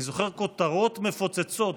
אני זוכר כותרות מפוצצות: